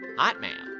hotmail.